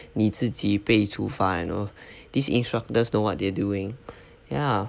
你自己被处罚 you know these instructors know what they're doing ya